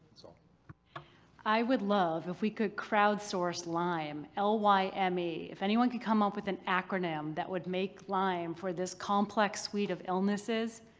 so i would love, if we could crowdsourced lyme, l y m e. if anyone could come up with an acronym that would make lyme for this complex suite of illnesses,